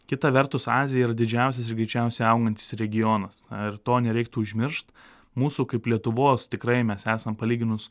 kita vertus azija yra didžiausias ir greičiausiai augantis regionas ir to nereiktų užmiršt mūsų kaip lietuvos tikrai mes esam palyginus